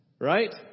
Right